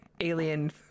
alien